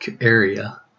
area